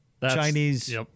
Chinese